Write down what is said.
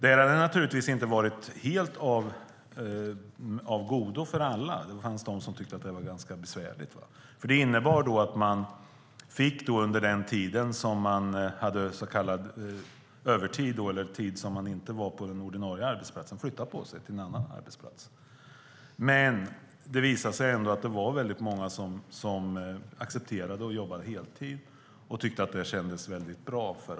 Det hade naturligtvis inte helt varit av godo för alla. Det fanns de som tyckte att det var ganska besvärligt, för det innebar att man under så kallad övertid fick flytta på sig från sin ordinarie arbetsplats till en annan arbetsplats. Det visade sig ändå att det var många som accepterade att jobba heltid och tyckte att det kändes väldigt bra.